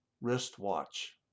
wristwatch